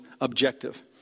objective